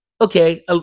okay